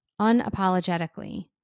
Unapologetically